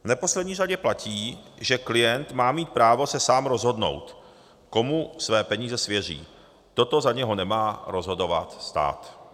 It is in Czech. V neposlední řadě platí, že klient má mít právo se sám rozhodnout, komu své peníze svěří, toto za něho nemá rozhodovat stát.